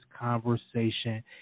conversation